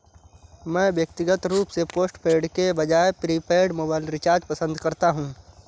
मैं व्यक्तिगत रूप से पोस्टपेड के बजाय प्रीपेड मोबाइल रिचार्ज पसंद करता हूं